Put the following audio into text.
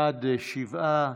בעד, שבעה.